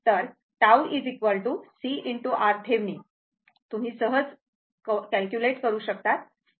तर tau CRThevenin तुम्ही सहज कॉम्पुट कॅल्क्युलेट करू शकतात